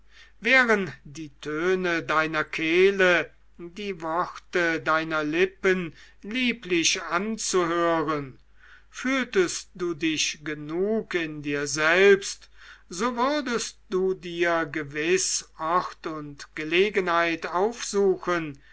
wären die töne deiner kehle die worte deiner lippen lieblich anzuhören fühltest du dich genug in dir selbst so würdest du dir gewiß ort und gelegenheit aufsuchen